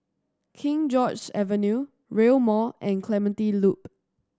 King George's Avenue Rail Mall and Clementi Loop